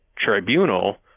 tribunal